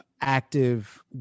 active